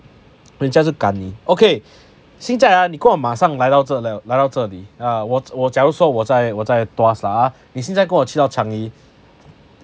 人家是赶你 ok 现在 ah 你给我马上来到这里来到这里 ah 我假如说我在我在 tuas 那你现在给我去到 changi